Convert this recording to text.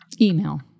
Email